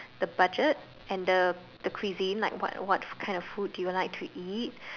the budget and the the cuisine like what what kind of food do you like to eat